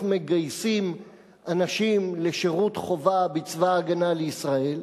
מגייסים אנשים לשירות חובה בצבא-הגנה לישראל,